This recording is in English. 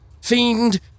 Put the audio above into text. fiend